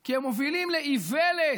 כי הם מובילים לאיוולת,